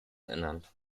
ernannt